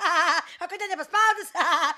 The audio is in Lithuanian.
aaa o kodėl nepaspaudus aaa